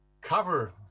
cover